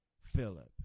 Philip